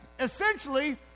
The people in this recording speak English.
Essentially